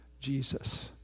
Jesus